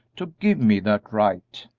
to give me that right.